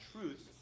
truth